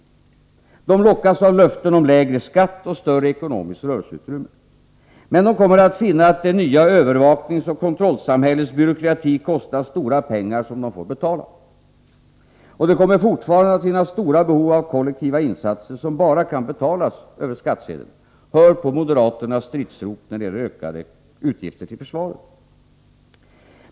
Dessa människor lockas av löften om lägre skatt och större ekonomiskt rörelseutrymme. Men de kommer att finna att det nya övervakningsoch kontrollsamhällets byråkrati kostar stora pengar, som de får betala. Och det kommer fortfarande att finnas stora behov av kollektiva insatser, som bara kan betalas över skattsedeln — hör på moderaternas stridsrop när det gäller ökade utgifter till försvaret!